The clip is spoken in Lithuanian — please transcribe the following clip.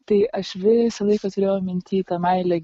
tai aš visą laiką turėjau minty tą meilę